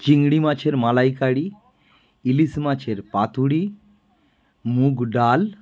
চিংড়ি মাছের মালাইকারি ইলিশ মাছের পাতুরি মুগ ডাল